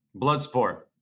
Bloodsport